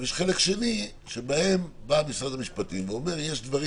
יש חלק שני שאומר משרד המשפטים: יש דברים